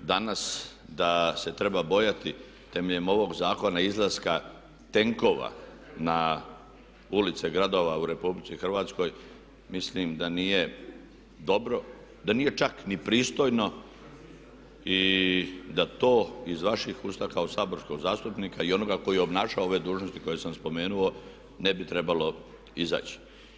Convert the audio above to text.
danas da se treba bojati temeljem ovoga zakona izlaska tenkova na ulice gradova u RH mislim da nije dobro, da nije čak ni pristojno i da to iz vaših usta kao saborskog zastupnika i onoga koji obnaša ove dužnosti koje sam spomenuo ne bi trebalo izaći.